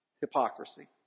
hypocrisy